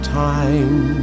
time